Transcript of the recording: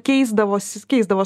keisdavosi keisdavos